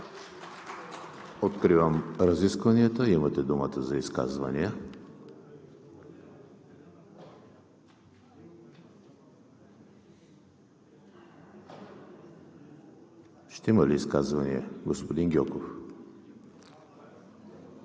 Откривам разискванията. Имате думата за изказвания. Ще има ли изказвания? Господин Гьоков.